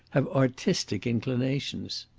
have artistic inclinations.